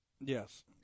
Yes